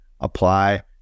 apply